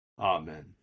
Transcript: amen